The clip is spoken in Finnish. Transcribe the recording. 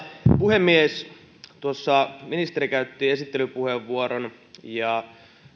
puhemies ministeri käytti esittelypuheenvuoron ja